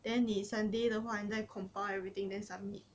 then 你 sunday 的话你再 compile everything then submit